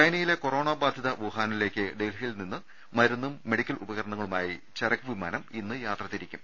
ചൈനയിലെ കൊറോണ ബാധിത വുഹാനിലേക്ക് ഡൽഹിയിൽ നിന്ന് മരുന്നും മെഡിക്കൽ ഉപകരണങ്ങളുമായി ചരക്ക് വിമാനം ഇന്ന് യാത്ര തിരിക്കും